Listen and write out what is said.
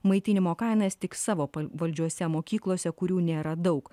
maitinimo kainas tik savo pavaldžiose mokyklose kurių nėra daug